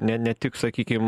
ne ne tik sakykim